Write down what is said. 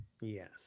Yes